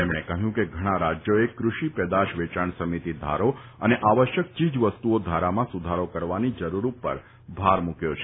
તેમણે કહ્યું કે ઘણા રાજ્યોએ કૃષિ પેદાશ વેચાણ સમિતિ ધારો અને આવશ્યક ચીજવસ્તુઓ ધારામાં સુધારો કરવાની જરૂર ઉપર ભાર મુક્યો છે